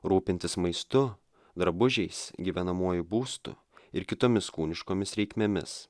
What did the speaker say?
rūpintis maistu drabužiais gyvenamuoju būstu ir kitomis kūniškomis reikmėmis